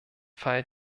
fall